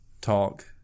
talk